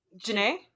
Janae